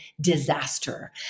disaster